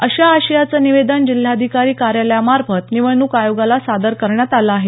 अशा आशयाचं निवेदन जिल्हाधिकारी कार्यालयामार्फत निवडणूक आयोगाला सादर करण्यात आलं आहे